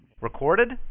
Recorded